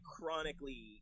chronically